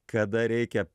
kada reikia